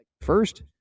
first